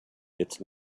its